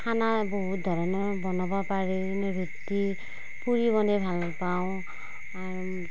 খানা বহুত ধৰণৰ বনাব পাৰি মই ৰুটি পুৰি বনাই ভাল পাওঁ আৰু